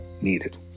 needed